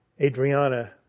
Adriana